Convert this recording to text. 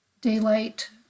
daylight